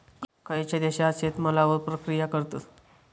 खयच्या देशात शेतमालावर प्रक्रिया करतत?